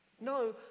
No